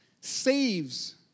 saves